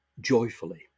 joyfully